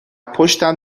پشتم